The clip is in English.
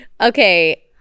okay